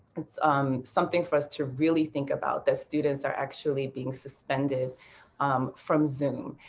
it's um something for us to really think about, that students are actually being suspended um from zoom.